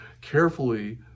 carefully